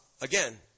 again